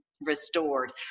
restored